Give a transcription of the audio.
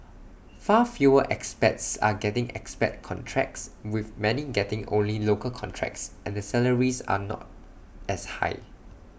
far fewer expats are getting expat contracts with many getting only local contracts and the salaries are not as high